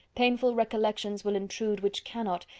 painful recollections will intrude which cannot,